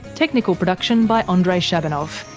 technical production by andrei shabunov,